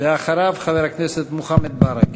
אחריו, חבר הכנסת מוחמד ברכה.